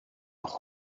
noch